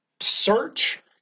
search